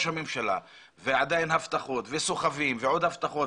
הממשלה יש הבטחות וסוחבים ועוד הבטחות